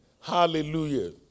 Hallelujah